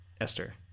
Esther